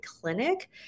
clinic